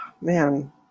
Man